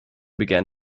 began